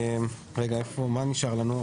מה נשאר לנו?